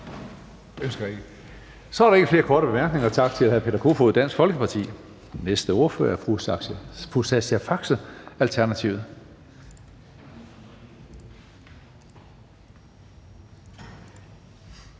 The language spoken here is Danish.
Så er der ikke flere korte bemærkninger. Tak til hr. Peter Kofod, Dansk Folkeparti. Næste ordfører er fru Sascha Faxe, Alternativet.